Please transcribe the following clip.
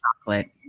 chocolate